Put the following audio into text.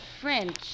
French